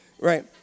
Right